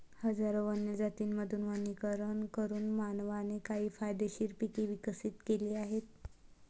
हजारो वन्य जातींमधून वर्गीकरण करून मानवाने काही फायदेशीर पिके विकसित केली आहेत